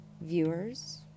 viewers